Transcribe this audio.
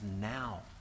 now